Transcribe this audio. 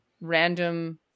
random